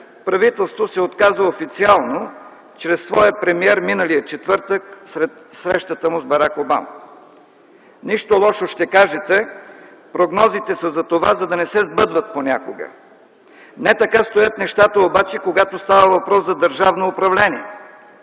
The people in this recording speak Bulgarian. правителството се отказа официално чрез своя премиер миналия четвъртък след срещата му с Барак Обама. Нищо лошо, ще кажете, прогнозите са затова, за да не се сбъдват понякога. Не така стоят нещата обаче, когато става въпрос за държавно управление.